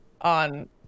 on